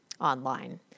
online